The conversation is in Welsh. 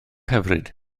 hyfryd